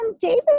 David